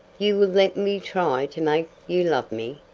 you will let me try to make you love me?